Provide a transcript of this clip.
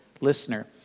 listener